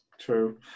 True